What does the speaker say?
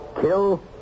Kill